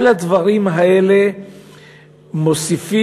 כל הדברים האלה מוסיפים